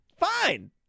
fine